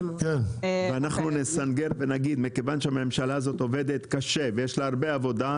אנחנו נסנגר ונגיד שמכיוון שהממשלה הזאת עובדת קשה ויש לה הרבה עבודה,